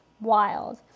wild